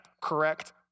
correct